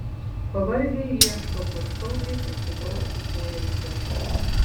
pavargę ieško kur saugiai prisiglausti poilsio